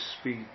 speak